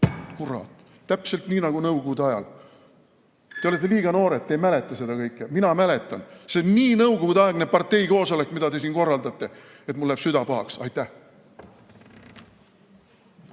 Kurat, täpselt nii nagu nõukogude ajal! Te olete liiga noored, te ei mäleta seda kõike, mina mäletan. See on nii nõukogudeaegne parteikoosolek, mida te siin korraldate, et mul läheb süda pahaks. Aitäh!